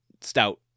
stout